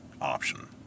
option